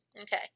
Okay